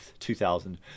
2000